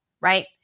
right